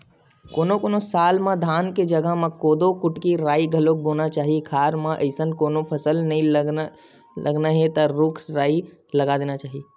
कोनो कोनो साल म धान के जघा म कोदो, कुटकी, राई घलोक बोना चाही खार म अइसन कोनो फसल नइ लगाना हे त रूख राई लगा देना चाही